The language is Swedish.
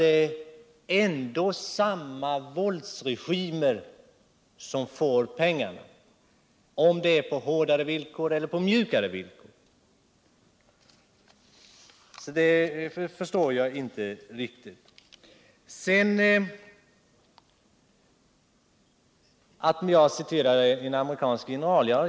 Det är ändå samma våldsregimer som får pengarna, antingen de får dem på hårdare villkor eller på mjukare villkor. På den punkten förstår jag inte Anders Wiik mans resoncemang. Sedan tog Anders Wijkman upp detta att jag citerade en amerikansk general.